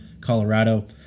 Colorado